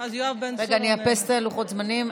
רגע, אני אאפס את לוחות הזמנים.